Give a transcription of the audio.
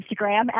Instagram